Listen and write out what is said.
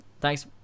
Thanks